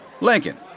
Lincoln